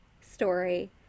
story